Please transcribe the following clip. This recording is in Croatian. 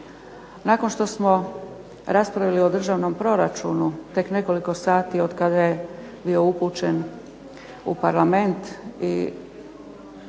Nakon što smo raspravili o državnom proračunu tek nekoliko sati od kada je bio upućen u Parlament i uvršten